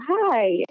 hi